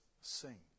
sing